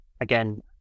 Again